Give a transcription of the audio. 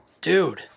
Dude